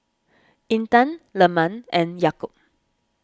Intan Leman and Yaakob